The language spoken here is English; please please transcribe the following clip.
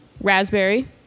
Raspberry